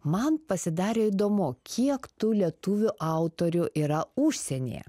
man pasidarė įdomu kiek tų lietuvių autorių yra užsienyje